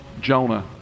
Jonah